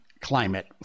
climate